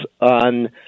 on